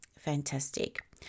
Fantastic